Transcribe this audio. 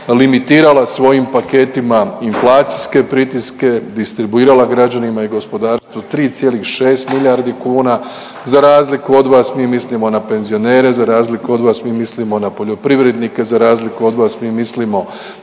limitirala svojim paketima inflacijske pritiske, distribuirala građanima i gospodarstvu 3,6 milijardi kuna, za razliku od vas mi mislimo na penzionere, za razliku od vas mi mislimo na poljoprivrednike, za razliku od vas mi mislimo